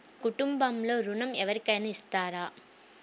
కుటుంబంలో ఋణం ఎవరికైనా ఇస్తారా?